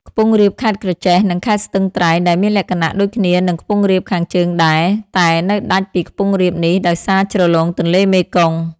ខ្ពង់រាបខេត្តក្រចេះ និង ខេត្តស្ទឹងត្រែងដែលមានលក្ខណៈដូចគ្នានឹង ខ្ពង់រាបខាងជើងដែរ តែនៅដាច់ពីខ្ពង់រាបនេះដោយសារជ្រលងទន្លេមេគង្គ ។